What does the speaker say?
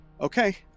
Okay